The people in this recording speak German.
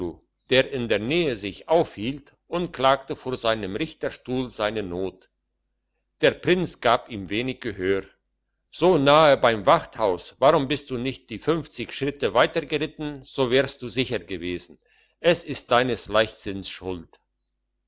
der in der nähe sich aufhielt und klagte vor seinem richterstuhl seine not der prinz gab ihm wenig gehör so nahe bei dem wachthaus warum bist du nicht die fünfzig schritte weiter geritten so wärest du sicher gewesen es ist deines leichtsinns schuld